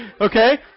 Okay